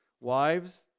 Wives